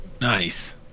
Nice